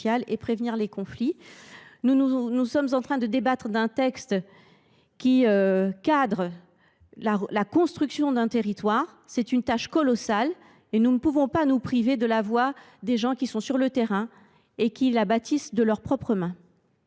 prévenir les conflits. Nous sommes en train de débattre d’un texte qui encadre la construction d’un territoire. C’est une tâche colossale et nous ne pouvons pas nous priver de la voix de ceux qui, sur le terrain, y œuvrent de leurs propres mains.